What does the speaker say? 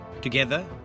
Together